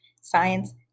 Science